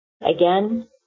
Again